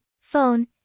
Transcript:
Phone